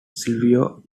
silvio